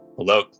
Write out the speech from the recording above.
Hello